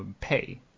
pay